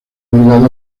obligado